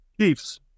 Chiefs